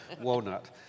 Walnut